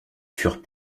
furent